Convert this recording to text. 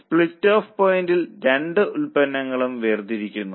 split off പോയിന്റിൽ രണ്ട് ഉൽപ്പന്നങ്ങളും വേർതിരിക്കുന്നു